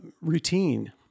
routine